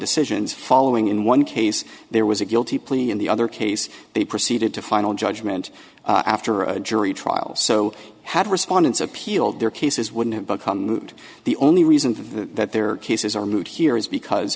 decisions following in one case there was a guilty plea in the other case they proceeded to final judgment after a jury trial so had respondents appealed their cases wouldn't become moot the only reason that their cases are moved here is because